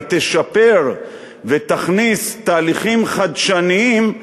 היא תשפר ותכניס תהליכים חדשניים,